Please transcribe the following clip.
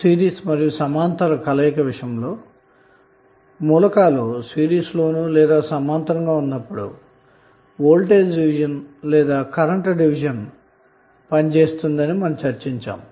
series సమాంతర కలయిక విషయంలో మూలకాలు సిరీస్లోను లేదా సమాంతరంగా ఉన్నప్పుడు వోల్టేజ్ డివిజన్ లేదా కరెంటు డివిజన్ పనిచేస్తుందని మనం చర్చించాము